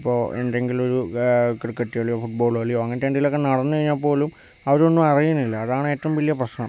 ഇപ്പോൾ എന്തെങ്കിലു ഒരു ക്രിക്കറ്റ്കളിയോ ഫുട് ബോള് കളിയോ അങ്ങനത്തെ എന്തെങ്കിലും നടന്ന് കഴിഞ്ഞാൽ പോലും അതൊന്നുവറിയണില്ല അതാണ് ഏറ്റവും വലിയ പ്രശ്നം